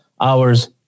hours